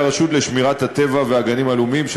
הרשות לשמירת הטבע והגנים הלאומיים,